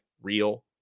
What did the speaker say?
real